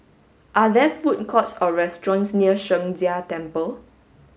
are there food courts or restaurants near Sheng Jia Temple